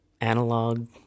analog